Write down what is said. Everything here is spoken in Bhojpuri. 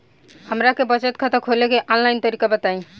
हमरा के बचत खाता खोले के आन लाइन तरीका बताईं?